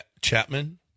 Chapman